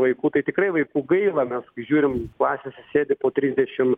vaikų tai tikrai vaikų gaila mes kai žiūrim klasėse sėdi po trisdešim